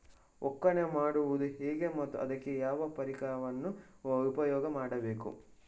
ಒಕ್ಕಣೆ ಮಾಡುವುದು ಹೇಗೆ ಮತ್ತು ಅದಕ್ಕೆ ಯಾವ ಪರಿಕರವನ್ನು ಉಪಯೋಗ ಮಾಡುತ್ತಾರೆ?